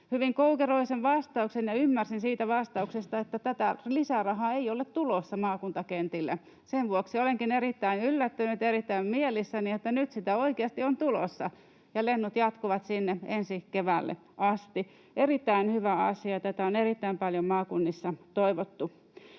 hyvin koukeroisen vastauksen, ja ymmärsin siitä vastauksesta, että tätä lisärahaa ei ole tulossa maakuntakentille. Sen vuoksi olenkin erittäin yllättynyt ja erittäin mielissäni, että nyt sitä oikeasti on tulossa ja lennot jatkuvat sinne ensi keväälle asti. Erittäin hyvä asia, tätä on erittäin paljon maakunnissa toivottu.